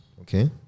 Okay